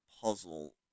puzzle